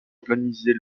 organisée